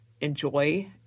enjoy